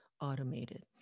automated